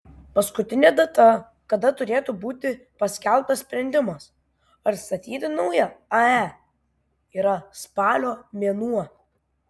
paskutinė data kada turėtų būti paskelbtas sprendimas ar statyti naują ae yra spalio mėnuo